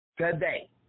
today